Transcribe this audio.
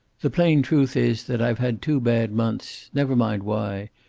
the plain truth is that i've had two bad months never mind why,